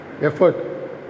effort